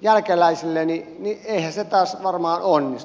jälkeläisilleni niin eihän se taas varmaan onnistu